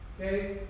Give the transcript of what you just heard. Okay